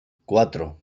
cuatro